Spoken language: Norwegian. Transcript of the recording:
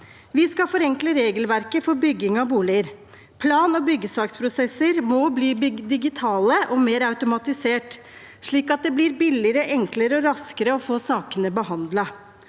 Vi skal forenkle regelverket for bygging av boliger. Plan- og byggesaksprosesser må bli digitale og mer automatisert, slik at det blir billigere, enklere og raskere å få sakene behandlet.